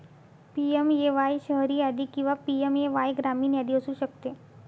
PMAY शहरी यादी किंवा पी.एम.ए.वाय ग्रामीण यादी असू शकते